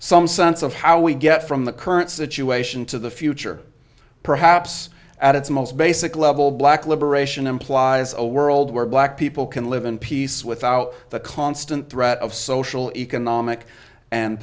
some sense of how we get from the current situation to the future perhaps at its most basic level black liberation implies a world where black people can live in peace without the constant threat of social economic and